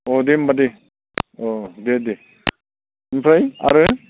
अह दे होमबा दे अह दे दे ओमफ्राय आरो